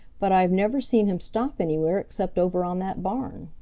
but i've never seen him stop anywhere except over on that barn.